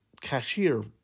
cashier